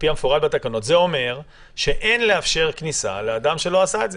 זה אומר שאין לאפשר כניסה לאדם שלא עשה את זה.